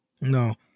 no